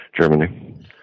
Germany